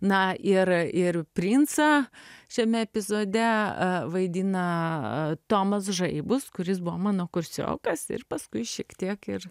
na ir ir princą šiame epizode vaidina tomas žaibus kuris buvo mano kursiokas ir paskui šiek tiek ir